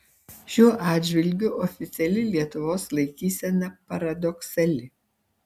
šiuo atžvilgiu oficiali lietuvos laikysena paradoksali